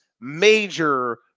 major